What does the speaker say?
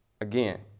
Again